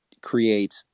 create